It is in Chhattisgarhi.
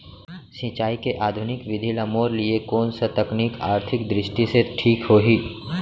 सिंचाई के आधुनिक विधि म मोर लिए कोन स तकनीक आर्थिक दृष्टि से ठीक होही?